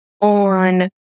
on